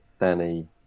Danny